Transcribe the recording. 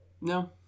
no